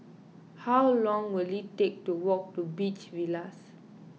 how long will it take to walk to Beach Villas